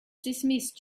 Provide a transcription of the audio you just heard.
dismissed